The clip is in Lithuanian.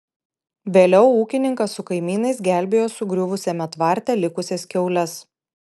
vėliau ūkininkas su kaimynais gelbėjo sugriuvusiame tvarte likusias kiaules